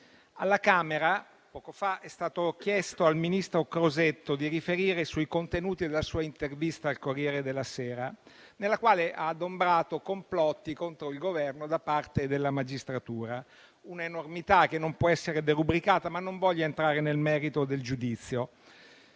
Alla Camera, poco fa, è stato chiesto al ministro Crosetto di riferire sui contenuti della sua intervista al «Corriere della Sera», nella quale ha adombrato complotti contro il Governo da parte della magistratura; un'enormità che non può essere derubricata, ma non voglio entrare nel merito del giudizio.